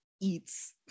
eats